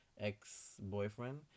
ex-boyfriend